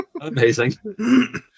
Amazing